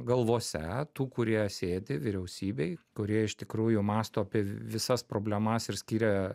galvose tų kurie sėdi vyriausybėj kurie iš tikrųjų mąsto apie visas problemas ir skiria